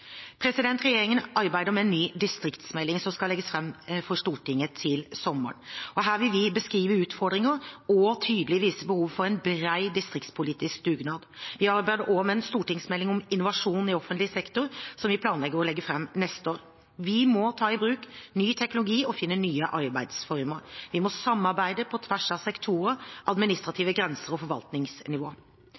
Regjeringen arbeider med en ny distriktsmelding, som skal legges fram for Stortinget til sommeren. Her vil vi beskrive utfordringene og tydelig vise behovet for en bred distriktspolitisk dugnad. Vi arbeider også med en stortingsmelding om innovasjon i offentlig sektor, som vi planlegger å legge fram neste år. Vi må ta i bruk ny teknologi og finne nye arbeidsformer. Vi må samarbeide på tvers av sektorer, administrative grenser og